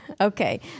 Okay